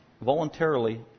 Voluntarily